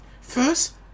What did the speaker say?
First